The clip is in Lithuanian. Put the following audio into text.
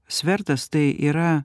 svertas tai yra